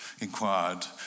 inquired